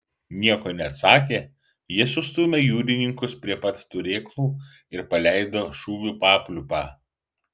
nieko neatsakę jie sustūmę jūrininkus prie turėklų ir paleido šūvių papliūpą